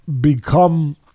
become